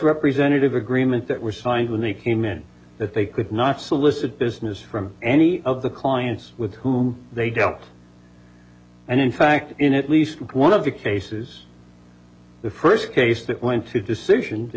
representative agreements that were signed when they came in that they could not solicit business from any of the clients with whom they don't and in fact in at least one of the cases the first case that went to decision